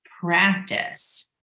practice